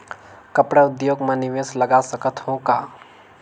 कपड़ा उद्योग म निवेश लगा सकत हो का?